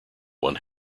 one